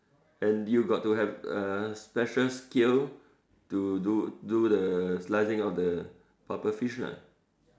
and you got to have uh special skill to do do the slicing of the puffer fish lah